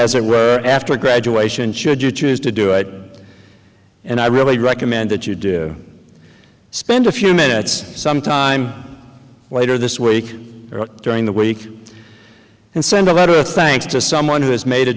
as it were after graduation should you choose to do it and i really recommend that you do spend a few minutes some time later this week during the week and send a letter of thanks to someone who has made a